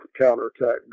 counterattack